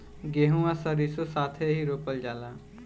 गेंहू आ सरीसों साथेही रोपल जाला